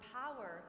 power